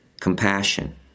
compassion